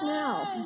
now